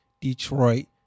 Detroit